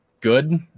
good